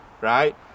Right